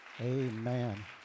Amen